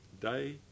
day